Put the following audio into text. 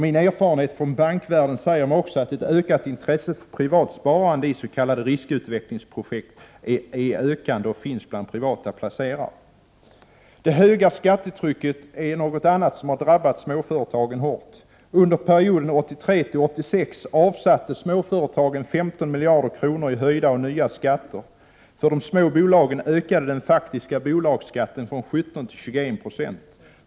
Min erfarenhet från bankvärlden säger mig också att intresset för privat sparande i s.k. riskutvecklingsprojekt är ökande och finns bland privata placerare. Det höga skattetrycket har också drabbat småföretagen hårt. Under perioden 1983—1986 fick småföretagen avsätta 15 miljarder kronor i höjda och nya skatter. För de små bolagen ökade den faktiska bolagsskatten från 17 9 till 21 20.